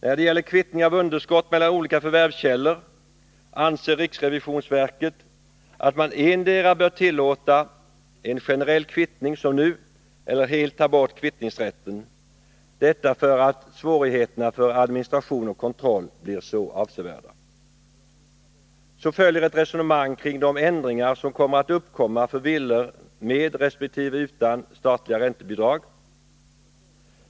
När det gäller kvittning av underskott mellan olika förvärvskällor anser riksrevisionsverket att man endera bör tillåta en generell kvittning som nu eller helt ta bort kvittningsrätten. Anledningen härtill är att svårigheterna för administration och kontroll annars blir så avsevärda. Så följer ett resonemang kring de ändringar som kommer att uppkomma för villor med resp. utan statliga räntebidrag.